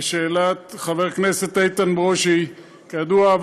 לשאלת חבר הכנסת איתן ברושי: כידוע,